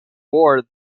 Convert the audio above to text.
war